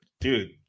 Dude